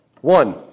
One